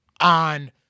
on